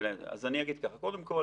אז אני אגיד ככה: קודם כול